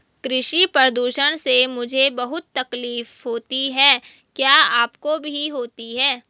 कृषि प्रदूषण से मुझे बहुत तकलीफ होती है क्या आपको भी होती है